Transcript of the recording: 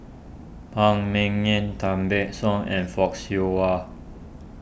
Phan Ming Yen Tan Ban Soon and Fock Siew Wah